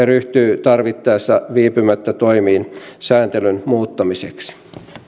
ryhtyy tarvittaessa viipymättä toimiin sääntelyn muuttamiseksi